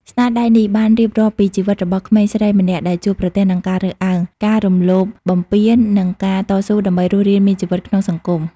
ស្នាដៃនេះបានរៀបរាប់ពីជីវិតរបស់ក្មេងស្រីម្នាក់ដែលជួបប្រទះនឹងការរើសអើង ការរំលោភបំពាន និងការតស៊ូដើម្បីរស់រានមានជីវិតក្នុងសង្គម។